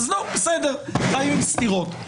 חיים עם סתירות.